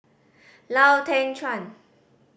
Lau Teng Chuan